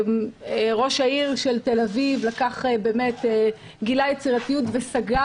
ראש עיריית תל אביב גילה יצירתיות וסגר